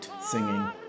singing